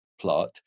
plot